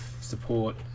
support